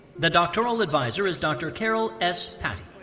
the doctoral advisor is dr. carol s. paty.